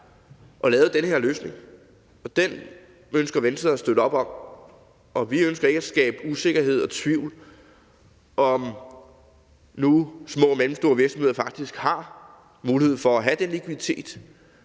og lavet den her løsning, og den ønsker Venstre at støtte op om. Vi ønsker ikke at skabe usikkerhed og tvivl om, hvorvidt små og mellemstore virksomheder nu faktisk har eller ikke har mulighed for at have den likviditet.